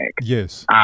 Yes